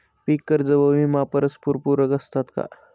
पीक कर्ज व विमा परस्परपूरक असतात का?